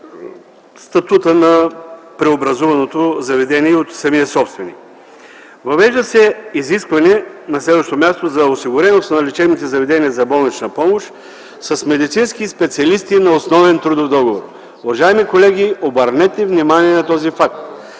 статута на преобразуваното заведение от самия собственик. На следващо място, се въвежда изискване за осигуреност на лечебните заведения за болнична помощ с медицински специалисти на основен трудов договор. Уважаеми колеги, обърнете внимание на този факт!